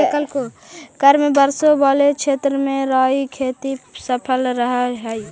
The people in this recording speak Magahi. कम वर्षा वाले क्षेत्र में राई की खेती सफल रहअ हई